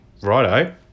righto